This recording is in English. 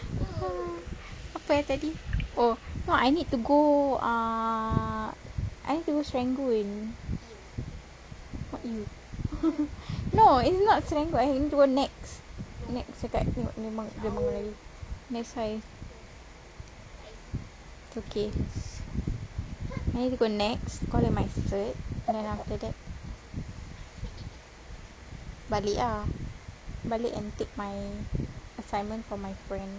apa eh tadi oh I need to go uh I need to go serangoon what !eww! no it's not serangoon I need to go NEX dekat tengok that's why it's okay I need to go NEX collect my cert then after that balik ah balik and take my assignment for my friend